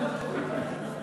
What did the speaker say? הביטוח הלאומי (תיקון מס' 147,